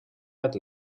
had